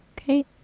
Okay